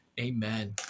Amen